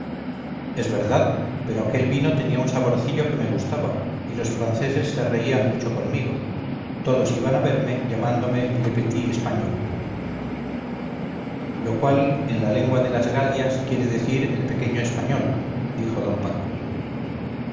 es verdad pero aquel vino tenía un saborcillo que me gustaba y los franceses se reían mucho conmigo todos iban a verme llamándome le petit espagnol lo cual en la lengua de las galias quiere decir el pequeño español dijo d paco